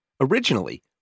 Originally